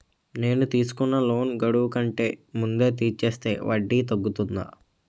నేను తీసుకున్న లోన్ గడువు కంటే ముందే తీర్చేస్తే వడ్డీ తగ్గుతుందా?